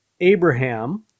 Abraham